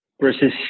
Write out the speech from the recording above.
versus